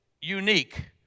unique